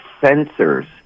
sensors